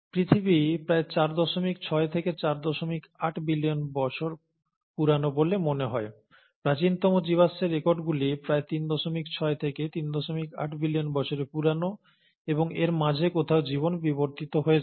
পৃথিবী প্রায় 46 থেকে 48 বিলিয়ন বছর পুরানো বলে মনে হয় প্রাচীনতম জীবাশ্মের রেকর্ডগুলি প্রায় 36 থেকে 38 বিলিয়ন বছরের পুরানো এবং এর মাঝে কোথাও জীবন বিবর্তিত হয়েছে